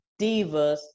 Divas